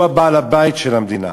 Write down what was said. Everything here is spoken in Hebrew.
הוא בעל הבית של המדינה.